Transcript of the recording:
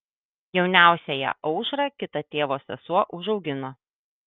jauniausiąją aušrą kita tėvo sesuo užaugino